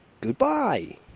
goodbye